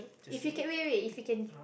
if you can wait wait wait if you can